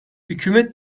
hükümet